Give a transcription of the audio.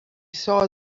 saw